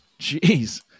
Jeez